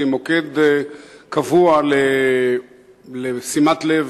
והיא מוקד קבוע לשימת לב,